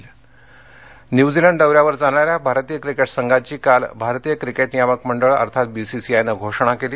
cricket न्यझीलंडदौरा New Zealand दौऱ्यावर जाणाऱ्या भारतीय क्रिकेट संघाची काल भारतीय क्रिकेट नियामक मंडळ अर्थात बी सी सीआय नं घोषणा केली